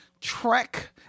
trek